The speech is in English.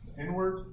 inward